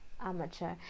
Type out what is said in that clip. Amateur